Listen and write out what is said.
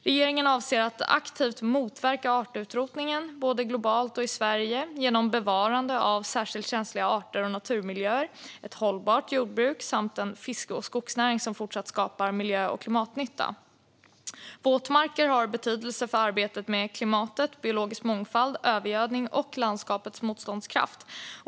Regeringen avser att aktivt motverka artutrotningen både globalt och i Sverige genom bevarande av särskilt känsliga arter och naturmiljöer, ett hållbart jordbruk samt en fiske och skogsnäring som fortsatt skapar miljö och klimatnytta. Våtmarker har betydelse för arbetet med klimatet, biologisk mångfald, övergödning och landskapets motståndskraft.